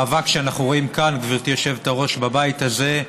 ואנחנו רואים כאן, גברתי היושבת-ראש, בבית הזה,